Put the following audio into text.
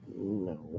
no